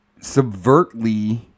subvertly